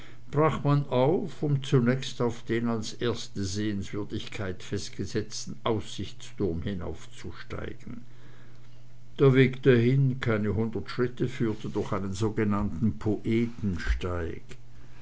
brach man auf um zunächst auf den als erste sehenswürdigkeit festgesetzten aussichtsturm hinaufzusteigen der weg dahin keine hundert schritte führte durch einen sogenannten